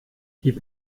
gib